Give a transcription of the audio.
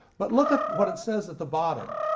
but look at what it says at the bottom.